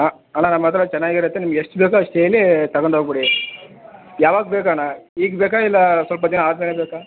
ಹಾಂ ಅಣ್ಣ ನಮ್ಮ ಹತ್ತಿರ ಚೆನ್ನಾಗಿರುತ್ತೆ ನಿಮ್ಗೆ ಎಷ್ಟು ಬೇಕು ಅಷ್ಟು ಹೇಳಿ ತಗೊಂಡು ಹೋಗಿಬಿಡಿ ಯಾವಾಗ ಬೇಕು ಅಣ್ಣ ಈಗ ಬೇಕಾ ಇಲ್ಲ ಸ್ವಲ್ಪ ದಿನ ಆದ ಮೇಲೆ ಬೇಕಾ